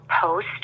post